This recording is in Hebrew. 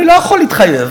אני לא יכול להתחייב,